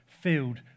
filled